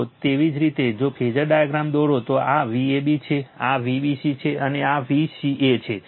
તો તેવી જ રીતે જો ફેઝર ડાયાગ્રામ દોરો તો આ Vab છે આ Vbc છે આ Vca છે